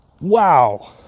wow